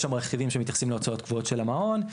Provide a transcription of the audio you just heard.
יש שם רכיבים שמתייחסים להוצאות קבועות של המעון,